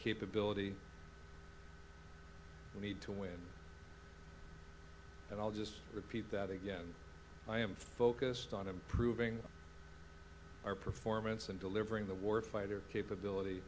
capability we need to win and i'll just repeat that again i am focused on improving our performance and delivering the warfighter capability